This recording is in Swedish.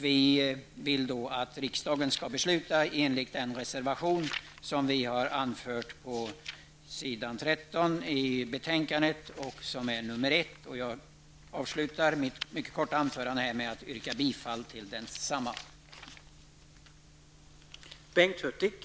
Vi vill därför att riksdagen skall besluta i enlighet med vår reservation, nr 1, och jag avslutar därför mitt mycket korta anförande med att yrka bifall till denna motion.